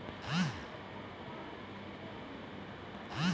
এক ধরনের বাজার যেখানে ফিন্যান্সে সব বাজারগুলাতে টাকার ব্যবসা করে ডেটা লেনদেন করে